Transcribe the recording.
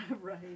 right